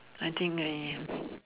I think I